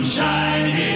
Shine